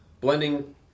Blending